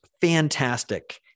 fantastic